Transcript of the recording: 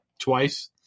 twice